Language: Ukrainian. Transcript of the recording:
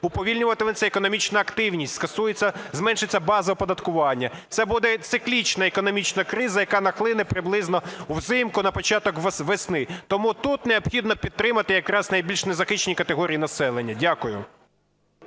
уповільнюватиметься економічна активність, скасується, зменшиться база оподаткування. Це буде циклічна економічна криза, яка нахилена приблизно взимку на початок весни. Тому тут необхідно підтримати якраз найбільш незахищені категорії населення. Дякую.